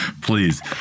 Please